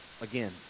Again